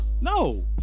No